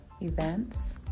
events